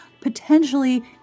potentially